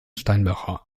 steinbach